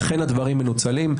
ואכן הדברים מנוצלים.